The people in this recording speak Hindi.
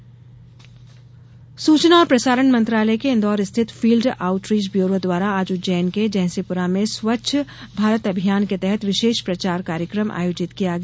स्वच्छ भारत सूचना और प्रसारण मंत्रालय के इंदौर स्थित फील्ड आऊटरीच ब्यूरो द्वारा आज उज्जैन के जयसिंहपुरा में स्वच्छ भारत अभियान के तहत विशेष प्रचार कार्यक्रम आयोजित किया गया